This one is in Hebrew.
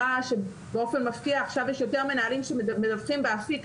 שבאופן מפתיע יש עכשיו יותר מנהלים שמדווחים באפיק.